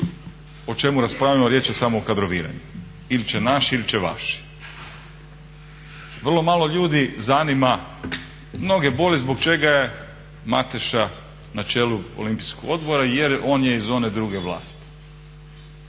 o čemu raspravljamo riječ je samo o kadroviranju ili će naši ili će vaši. Vrlo malo ljudi zanima, mnoge boli zbog čega je Mateša na čelu Olimpijskog odbora jer on je iz one druge vlasti.